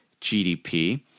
GDP